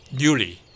newly